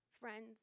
friends